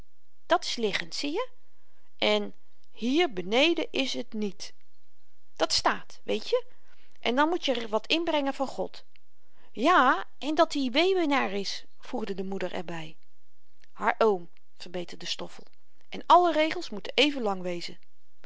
dat s liggend zieje en hier beneden is het niet dat staat weetje en dan moet je er wat inbrengen van god ja en dat-i wewenaar is voegde de moeder er by haar oom verbeterde stoffel en alle regels moeten even lang wezen